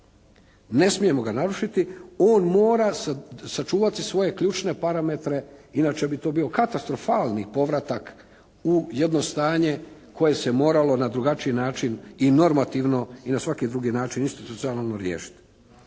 Ne smijemo ga narušiti. On mora sačuvati svoje ključne parametre. Inače bi to bio katastrofalni povratak u jedno stanje koje se moralo na drugačiji način i normativno i na svaki drugi način institucionalno riješiti.